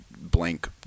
blank